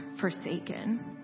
forsaken